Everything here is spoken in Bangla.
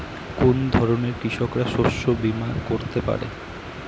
কোন ধরনের কৃষকরা শস্য বীমা করতে পারে?